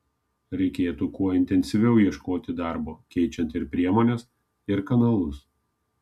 reikėtų kuo intensyviau ieškoti darbo keičiant ir priemones ir kanalus